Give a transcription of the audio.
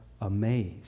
amazed